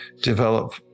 develop